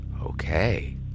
Okay